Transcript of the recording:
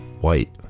white